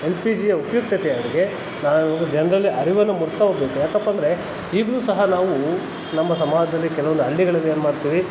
L P ಜಿಯ ಉಪಯುಕ್ತತೆಯ ನಾವು ಇವಾಗ ಜನರಲ್ಲಿ ಅರಿವನ್ನು ಮೂಡಿಸ್ತ ಹೋಗಬೇಕು ಯಾಕಪ್ಪ ಅಂದರೆ ಈಗಲೂ ಸಹ ನಾವು ನಮ್ಮ ಸಮಾಜದಲ್ಲಿ ಕೆಲವೊಂದು ಹಳ್ಳಿಗಳಲ್ ಏನ್ಮಾಡ್ತೀವಿ